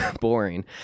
boring